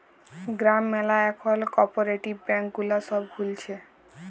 গ্রাম ম্যালা এখল cooperative bank গুলা সব খুলছে